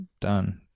Done